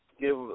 Give